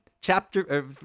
chapter